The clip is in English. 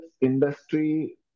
industry